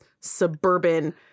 suburban